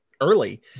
early